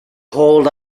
hold